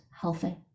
healthy